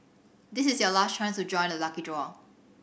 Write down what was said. this is your last chance to join the lucky draw